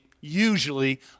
usually